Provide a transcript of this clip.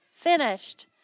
finished